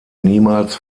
niemals